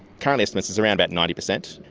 current estimates is around about ninety percent